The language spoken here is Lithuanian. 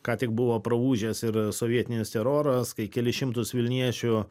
ką tik buvo praūžęs ir sovietinis teroras kai kelis šimtus vilniečių